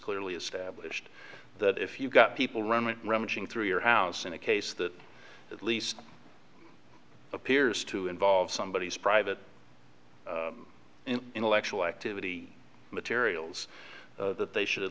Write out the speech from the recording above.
clearly established that if you've got people running rummaging through your house in a case that at least appears to involve somebodies private intellectual activity materials that they should at